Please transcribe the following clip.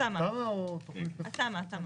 בסדר?